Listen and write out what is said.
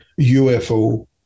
UFO